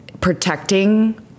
protecting